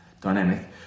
dynamic